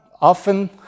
often